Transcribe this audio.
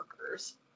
workers